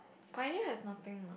my name has nothing lah